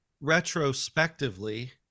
retrospectively